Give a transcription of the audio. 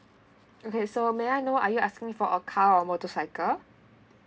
okay so may I know are you asking for a car or motorcycle